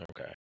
Okay